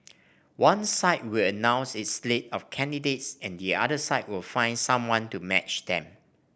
one side will announce its slate of candidates and the other side will find someone to match them